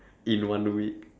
in one week